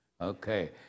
Okay